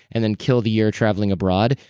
and then kill the year traveling abroad.